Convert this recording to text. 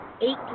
eight